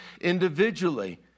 individually